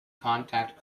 contact